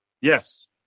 Yes